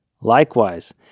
likewise